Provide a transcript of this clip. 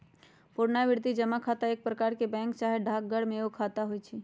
पुरनावृति जमा खता एक प्रकार के बैंक चाहे डाकघर में एगो खता होइ छइ